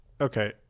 Okay